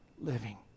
living